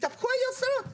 התהפכו היוצרות.